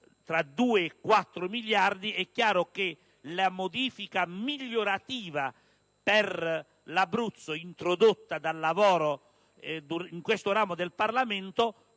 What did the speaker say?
(tra 2 e 4 miliardi), è evidente che la modifica migliorativa per l'Abruzzo, introdotta dal lavoro in questo ramo del Parlamento,